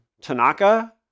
Tanaka